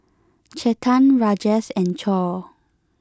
Chetan Rajesh and Choor